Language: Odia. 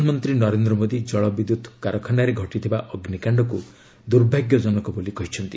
ପ୍ରଧାନମନ୍ତ୍ରୀ ନରେନ୍ଦ୍ର ମୋଦି କଳବିଦ୍ୟୁତ୍ କାରଖାନାରେ ଘଟିଥିବା ଅଗ୍ନିକାଶ୍ଡକୁ ଦୁର୍ଭାଗ୍ୟଜନକ ବୋଲି କହିଛନ୍ତି